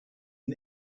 ihn